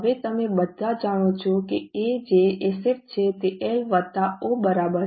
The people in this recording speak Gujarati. હવે તમે બધા જાણો છો કે A જે એસેટ છે તે L વત્તા O બરાબર છે